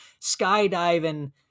skydiving